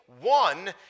One